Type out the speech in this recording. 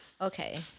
okay